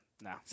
No